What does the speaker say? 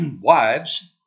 wives